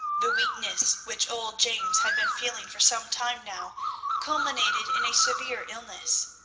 the weakness which old james had been feeling for some time now culminated in a severe illness.